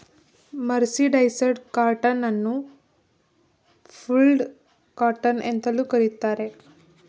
mercerised cotton ಅನ್ನು ಫುಲ್ಡ್ cotton ಅಂತಲೂ ಕರಿತಾರೆ